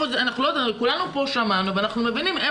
כולנו פה שמענו ואנחנו מבינים,